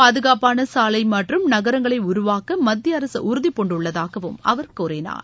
பாதுகாப்பான சாலை மற்றும் நகரங்களை உருவாக்க மத்திய அரசு உறுதிபூண்டுள்ளதாகவும் அவர் கூறினார்